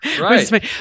right